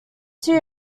two